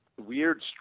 weird